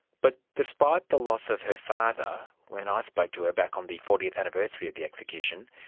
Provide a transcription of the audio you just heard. but despite the loss of her father, when i spoke to her back on the fortieth anniversary of the execution,